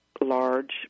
large